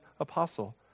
apostle